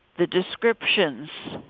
the descriptions,